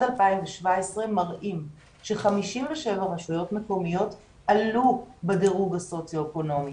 2017 מראים ש-57 רשויות מקומיות עלו בדירוג הסוציו-אקונומי.